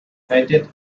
sited